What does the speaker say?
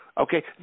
Okay